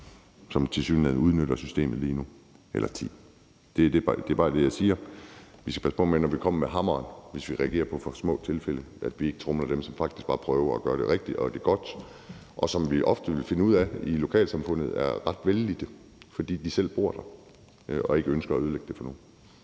som tilsyneladende udnytter systemet lige nu. Det er bare det, jeg siger. Vi skal passe på med, når vi kommer med hammeren, at vi reagerer på for små tilfælde, altså at vi ikke tromler dem, som faktisk bare prøver at gøre det rigtige og gøre det godt, og som vi ofte vil finde ud af er ret vellidte i lokalsamfundet, fordi de selv bor der og ikke ønsker at ødelægge det for nogen.